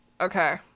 Okay